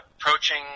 approaching